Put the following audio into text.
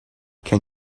can